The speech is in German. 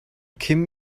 kim